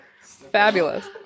Fabulous